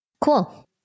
Cool